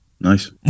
Nice